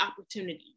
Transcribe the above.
opportunity